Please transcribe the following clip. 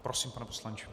Prosím, pane poslanče.